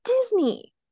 Disney